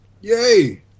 yay